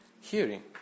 hearing